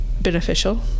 beneficial